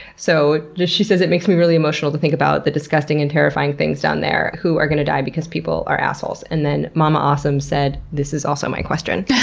so yeah she says, it makes me really emotional to think about the disgusting and terrifying things down there who are gonna die because people are assholes. and then momma awesome said, this is also my question.